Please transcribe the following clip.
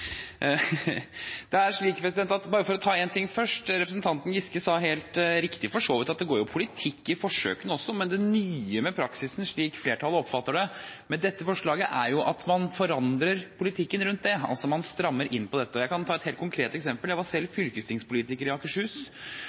Bare for å ta én ting først: Representanten Giske sa for så vidt helt riktig at det jo går politikk i forsøkene også. Men det nye med praksisen, slik flertallet oppfatter det, er at man med dette forslaget forandrer politikken rundt det, at man strammer inn på dette. Jeg kan ta et helt konkret eksempel. Jeg var selv fylkestingspolitiker i Akershus.